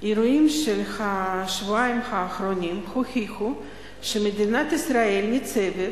האירועים של השבועיים האחרונים הוכיחו שמדינת ישראל ניצבת